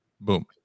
Boom